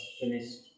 finished